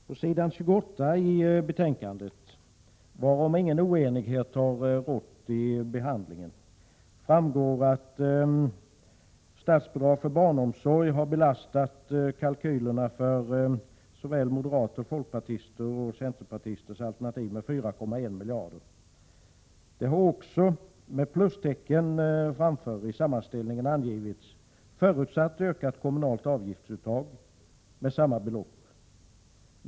På s. 28 i betänkandet, varom ingen oenighet har rått i behandlingen, framgår att statsbidrag för barnomsorg har belastat kalkylerna för såväl moderaters, folkpartisters som centerpartisters budgetalternativ med 4,1 miljarder. I sammanställningen av de olika budgetalternativen har också tagits upp förutsatt ökat kommunalt avgiftsuttag om samma belopp.